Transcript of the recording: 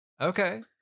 Okay